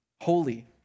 holy